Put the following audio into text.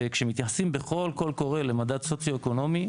כשמתייחסים בכל קול קורא למדד סוציו-אקונומי,